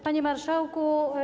Panie Marszałku!